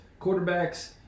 quarterbacks